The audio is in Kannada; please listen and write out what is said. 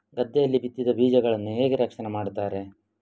ಗದ್ದೆಯಲ್ಲಿ ಬಿತ್ತಿದ ಬೀಜಗಳನ್ನು ಹೇಗೆ ರಕ್ಷಣೆ ಮಾಡುತ್ತಾರೆ?